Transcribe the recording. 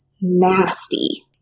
nasty